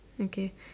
okay